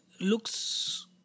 looks